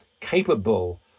capable